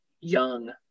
young